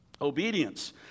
Obedience